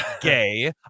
gay